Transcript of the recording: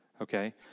okay